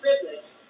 privilege